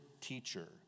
teacher